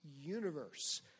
universe